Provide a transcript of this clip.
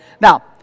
Now